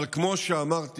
אבל כמו שאמרתי,